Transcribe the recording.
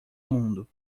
mundo